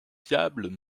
fiables